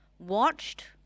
watched